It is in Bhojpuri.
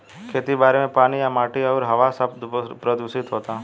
खेती बारी मे पानी आ माटी अउरी हवा सब प्रदूशीत होता